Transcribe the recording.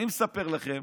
אני מספר לכם